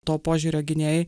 to požiūrio gynėjai